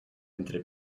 entre